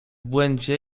błędzie